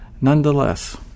nonetheless